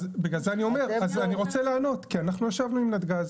אני רוצה לענות, כי אנחנו ישבנו עם נתג"ז